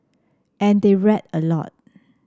and they read a lot